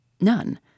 None